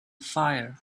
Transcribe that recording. fire